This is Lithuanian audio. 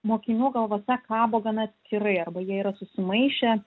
mokinių galvose kabo gana atskirai arba jie yra susimaišę